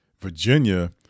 Virginia